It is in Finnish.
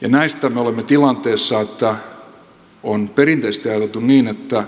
ja näistä me olemme tilanteessa että on perinteisesti ajateltu niin että